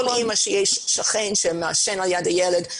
כל אימא שיש שכן שמעשן ליד הילד,